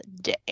day